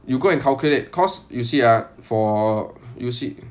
you go and calculate cause you see ah for you see